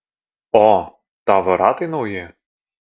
o tavo ratai nauji